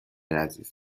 عزیز